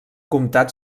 comtat